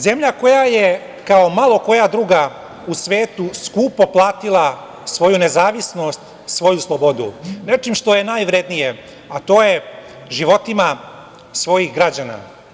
Zemlja koja je kao malo koja druga u svetu skupo platila svoju nezavisnost, svoju slobodu nečim što je najvrednije, a to je životima svojih građana.